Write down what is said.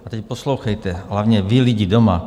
A teď poslouchejte hlavně vy lidi doma.